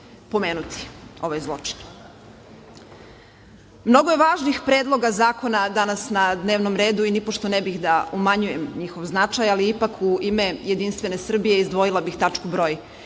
pomenuti ovaj zločin. Mnogo je važnih predloga zakona danas na dnevnom redu i nipošto ne bi da umanjujem njihov značaj, ali ipak u ime Jedinstvene Srbije izdvojila bih tačku 1.